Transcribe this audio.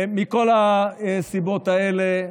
מכל הסיבות האלה,